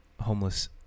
homeless